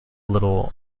little